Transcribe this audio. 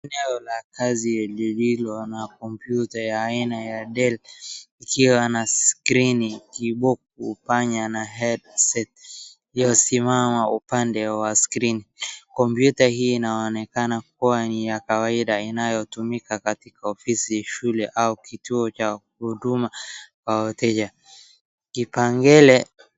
Eneo la kazi lililo na computer ya aina ya Dell, ikiwa na screen, keyboard kipanya na headset iliyoosimama upande wa screen , computer hii inaonekana kuwa ni ya kawaida inayotumika katika ofisi, shule au kituo cha huduma kwa wateja, kipengele.